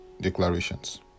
declarations